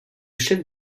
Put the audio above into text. chef